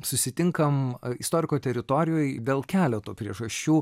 susitinkam istoriko teritorijoj dėl keleto priežasčių